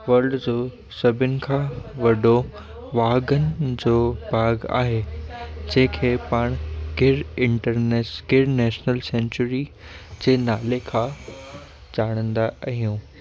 world जो सभिनी खां वॾो वाघनि जो पार्क आहे जंहिं खे पाणि Gir international Gir national sanctuary जे नाले खां ॼाणंदा आहियूं